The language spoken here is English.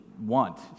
want